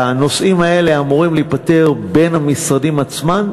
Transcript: והנושאים האלה אמורים להיפתר בין המשרדים עצמם,